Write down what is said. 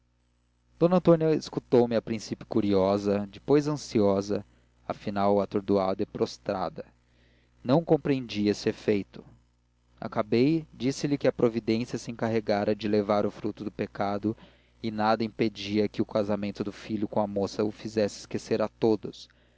d antônia escutou me a princípio curiosa depois ansiosa e afinal atordoada e prostrada não compreendi esse efeito acabei disse-lhe que a providência se encarregara de levar o fruto do pecado e nada impedia que o casamento do filho com a moça o fizesse esquecer a todos